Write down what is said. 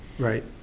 Right